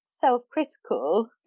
self-critical